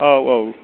औ औ